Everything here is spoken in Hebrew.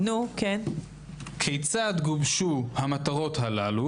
כיצד גובשו המטרות הללו